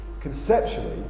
Conceptually